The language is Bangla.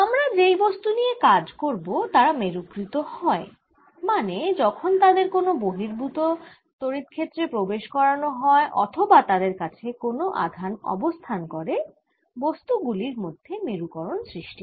আমরা যে বস্তু নিয়ে কাজ করবো তারা মেরুকৃত হয় মানে যখন তাদের কোনো বহির্ভুত তড়িৎ ক্ষেত্রে প্রবেশ করানো হয় অথবা যখন তাদের কাছে কোনো আধান অবস্থান করে বস্তু গুলির মধ্যে মেরুকরণ সৃষ্টি হয়